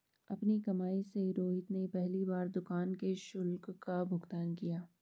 अपनी कमाई से रोहित ने पहली बार दुकान के शुल्क का भुगतान किया